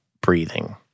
Breathing